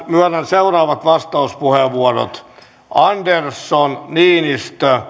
myönnän seuraavat vastauspuheenvuorot andersson niinistö